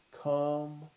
Come